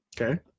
Okay